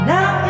Now